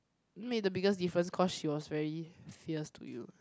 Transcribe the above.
made the biggest difference cause she was very fierce to you